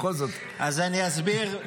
אז אני אסביר.